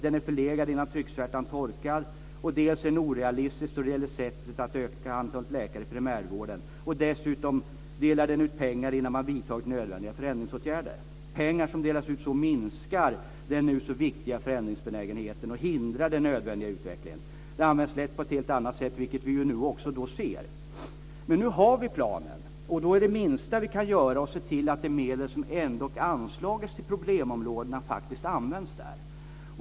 Den är förlegad innan trycksvärtan torkat. Vidare är den orealistisk när det gäller sättet att öka antalet läkare i primärvården. Dessutom delar den ut pengar innan nödvändiga förändringsåtgärder har vidtagits - pengar som minskar den nu så viktiga förändringsbenägenheten och hindrar den nödvändiga utvecklingen. De används lätt på ett annat sätt, vilket vi nu också ser. Men nu har vi planen, och då är det minsta vi kan göra att se till att de medel som ändock anslagits till problemområdena faktiskt används där.